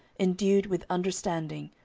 endued with understanding,